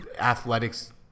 athletics